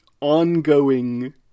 ongoing